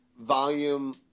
volume